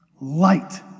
light